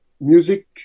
Music